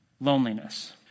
loneliness